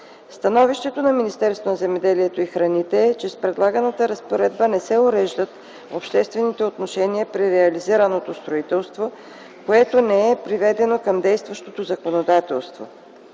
храните е, че с предлаганата разпоредба не се уреждат обществените отношения при реализираното строителство, което не е приведено към действащото законодателство.